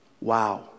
Wow